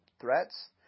threats